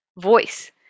voice